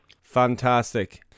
Fantastic